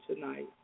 tonight